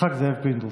יצחק זאב פינדרוס.